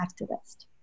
activist